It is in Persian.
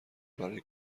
برای